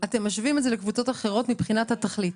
אתם משווים את זה לקבוצות אחרות מבחינת התכלית.